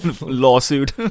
Lawsuit